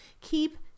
keep